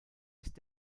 ist